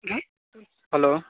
hello